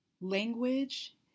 Language